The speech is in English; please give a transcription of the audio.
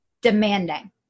demanding